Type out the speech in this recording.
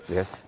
Yes